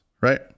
Right